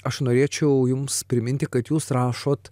aš norėčiau jums priminti kad jūs rašot